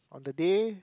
on the day